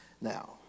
Now